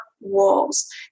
wolves